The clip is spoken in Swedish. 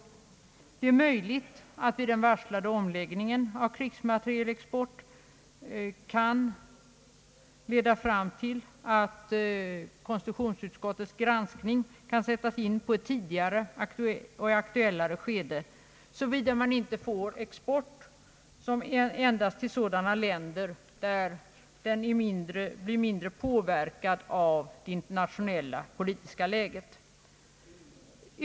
Det är möjligt att den varslade omläggningen av krigsmaterielexporten kan leda till att konstitutionsutskottets granskning kan sättas in på ett tidigare och aktuellare skede, såvida man inte får export endast till länder där den blir mindre påverkad av det internationella politiska läget.